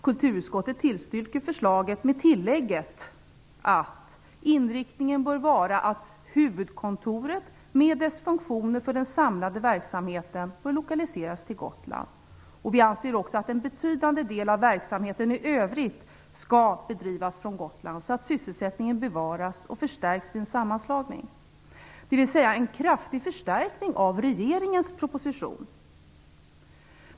Kulturutskottet tillstyrker förslaget med tillägget att inriktningen bör vara att huvudkontoret, med dess funktioner för den samlade verksamheten, bör lokaliseras till Gotland. Vi anser också att en betydande del av verksamheten i övrigt skall bedrivas från Gotland, så att sysselsättningen bevaras och förstärks vid en sammanslagning. Detta innebär alltså en kraftig förstärkning av regeringens proposition.